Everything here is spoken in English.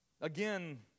again